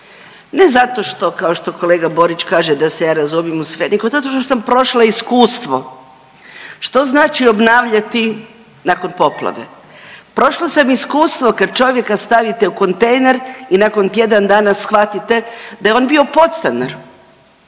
ne zato što kao što kolega Borić kaže da se ja razumijem u sve, nego zato što sam prošla iskustvo što znači obnavljati nakon poplave. Prošla sam iskustvo kad čovjeka stavite u kontejner i nakon tjedan dana shvatite da je on bio podstanar